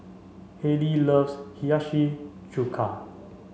Haylie loves Hiyashi Chuka